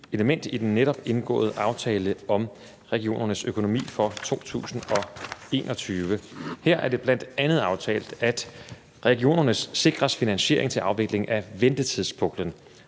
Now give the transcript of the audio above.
element i den netop indgåede aftale om regionernes økonomi for 2021. Her er det bl.a. aftalt, at regionerne sikres finansiering til afvikling af ventetidspuklen.